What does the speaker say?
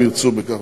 אם ירצו בכך.